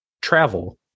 travel